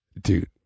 dude